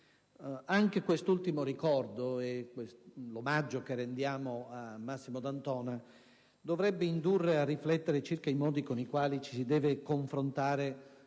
Anche quest'ultimo ricordo, e l'omaggio che rendiamo a Massimo D'Antona, dovrebbero indurre a riflettere circa i modi con i quali ci si deve confrontare sui